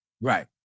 Right